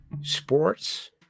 sports